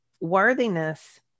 worthiness